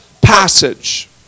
passage